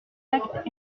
actes